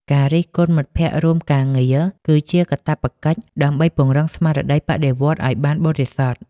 ការរិះគន់មិត្តភក្តិរួមការងារគឺជាកាតព្វកិច្ច ដើម្បីពង្រឹងស្មារតីបដិវត្តន៍ឱ្យបានបរិសុទ្ធ។